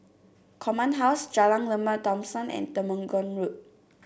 Command House Jalan Lembah Thomson and Temenggong Road